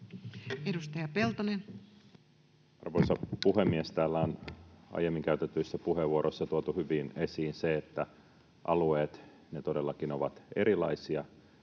18:28 Content: Arvoisa puhemies! Täällä on aiemmin käytetyissä puheenvuoroissa tuotu hyvin esiin se, että alueet todellakin ovat erilaisia.